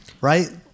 Right